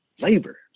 labor